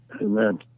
amen